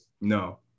No